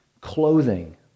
clothing